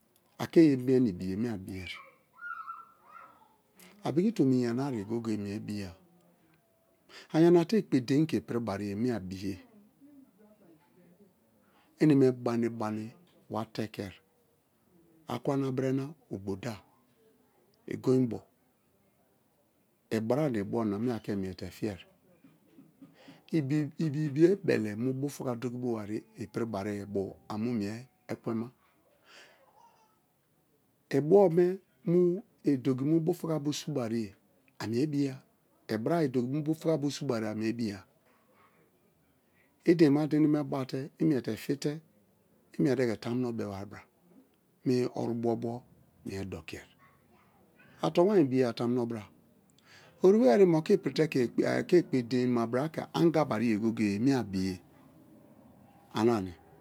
Ake ye mi̠e na i̠biye mi̠e abi̠ye a piki tomi yana ye go-ye-goye mie biya ayanate ekp-edein ke i̠pi̠wariye mie abiye eneme ba ene̠ ba ene wa te̠ke̠ akwa na bere na obuda igoinbo i bra na ibona mie ake mie te fie̠ri ibi̠bi̠o be̠le̠ mu bufu ka dok-ibo wari̠ye ipi̠ri̠bari̠ye bo̠ amuu mi̠e ekwen ma ibo̠be ido ki̠ mu bufuka bo subari̠ye̠ ami̠e boya ibra ideki mu bufu ka bīo subariye amie biya i̠ dei̠nmate̠ ene̠me̠ bate i miete fite imiete ke tamuno bebari bīa mie oru bobo mie doki̠e atonwaye bi̠ya tamu nobra oriwe erim oke ipirite ake ekpedeinma bra ke̠ anga wari̠ye go̠ye̠-go̠ye̠ ane abiye ana-ni̠